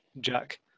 Jack